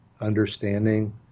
understanding